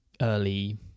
early